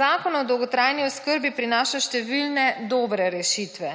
Zakon o dolgotrajni oskrbi prinaša številne dobre rešitve.